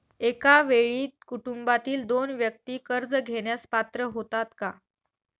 एका वेळी कुटुंबातील दोन व्यक्ती कर्ज घेण्यास पात्र होतात का?